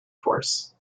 force